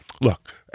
look-